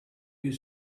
you